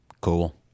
Cool